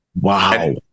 Wow